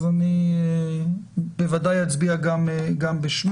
אז אני בוודאי אצביע גם בשמם,